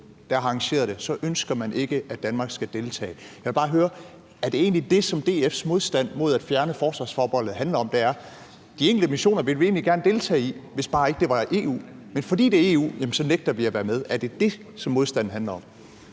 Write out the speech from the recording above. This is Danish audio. der har arrangeret det, ønsker man ikke, at Danmark skal deltage. Jeg vil bare høre: Er det, som DF's modstand mod at fjerne forsvarsforbeholdet handler om, at de enkelte missioner vil man egentlig gerne deltage i, hvis bare det ikke var EU, men at fordi det er EU, nægter man at være med? Er det det, som modstanden handler om?